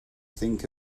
think